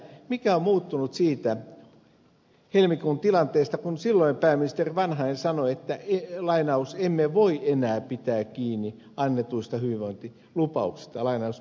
mikä on muuttunut siitä helmikuun tilanteesta kun pääministeri vanhanen sanoi että emme voi enää pitää kiinni annetuista hyvinvointilupauksista